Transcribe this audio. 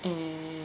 and